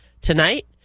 Tonight